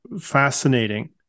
fascinating